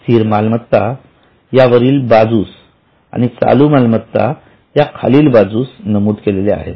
स्थिर मालमत्ता यावरील बाजूस आणि चालू मालमत्ता या खालील बाजूस नमूद केल्या आहेत